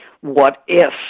what-if